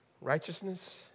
Righteousness